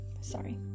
sorry